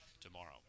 tomorrow